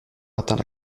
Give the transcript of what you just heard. atteint